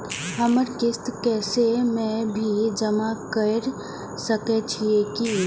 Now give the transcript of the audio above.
हमर किस्त कैश में भी जमा कैर सकै छीयै की?